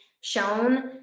shown